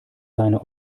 seine